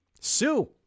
Sue